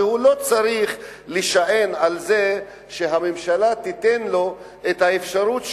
שהוא לא צריך להישען על זה שהממשלה תיתן לו את האפשרות,